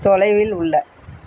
தொலைவில் உள்ள